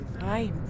Hi